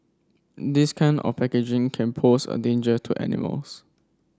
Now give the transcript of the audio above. this kind of packaging can pose a danger to animals